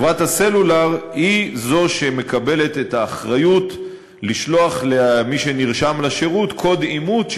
חברת הסלולר היא שמקבלת את האחריות לשלוח למי שנרשם לשירות קוד אימות,